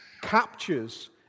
captures